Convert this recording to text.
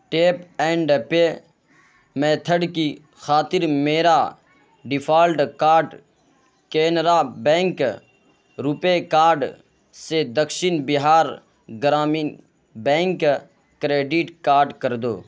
tape and pay method کی خاطر میرا default card Canara bank RuPay card سے Dakshin Bihar Gramin bank credit card کر دو